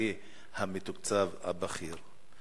המינהלי המתוקצב הבכיר.